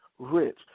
Rich